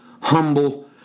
humble